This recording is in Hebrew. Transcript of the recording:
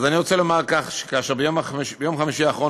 אז אני רוצה לומר כך: ביום חמישי האחרון